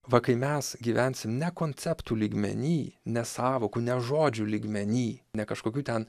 va kai mes gyvensim ne konceptų lygmeny ne sąvokų ne žodžių lygmeny ne kažkokių ten